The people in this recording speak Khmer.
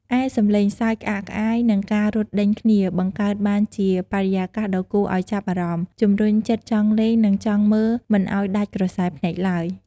ឯ សំឡេងសើច ក្អាកក្អាយ និងការរត់ដេញគ្នា បង្កើតបានជាបរិយាកាសដ៏គួរឱ្យចាប់អារម្មណ៍ ជំរុញចិត្តចង់លេងនិងចង់មើលមិនឱ្យដាច់ក្រសែភ្នែកទ្បើយ។